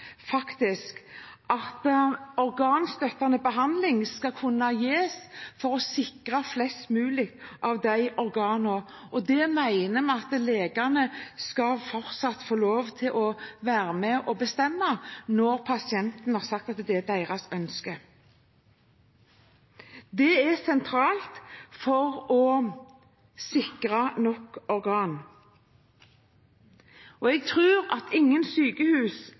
at organstøttende behandling skal kunne gis for å sikre flest mulig organer. Det mener vi at legene fortsatt skal få lov til å være med på å bestemme når pasienten har sagt at det er hans ønske. Det er sentralt for å sikre nok organ. Jeg tror at ingen sykehus